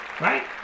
Right